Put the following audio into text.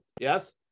yes